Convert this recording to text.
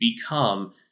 become